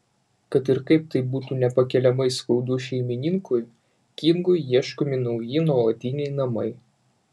kad ir kaip tai būtų nepakeliamai skaudu šeimininkui kingui ieškomi nauji nuolatiniai namai